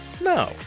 No